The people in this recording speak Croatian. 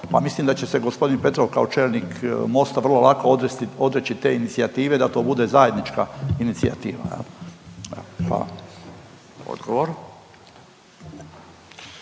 mislim da će se g. Petrov kao čelnik Mosta vrlo lako odreći te inicijative da to bude zajednička inicijativa. Evo hvala.